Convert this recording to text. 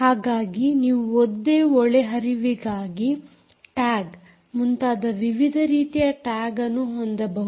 ಹಾಗಾಗಿ ನೀವು ಒದ್ದೆ ಒಳಹರಿವಿಗಾಗಿ ಟ್ಯಾಗ್ ಮುಂತಾದ ವಿವಿಧ ರೀತಿಯ ಟ್ಯಾಗ್ ಅನ್ನು ಹೊಂದಬಹುದು